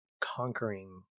conquering